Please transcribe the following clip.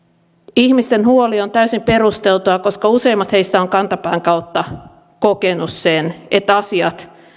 ihmisten huoli on täysin perusteltua koska useimmat heistä ovat kantapään kautta kokeneet sen että asiat